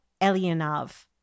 Elianov